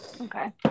Okay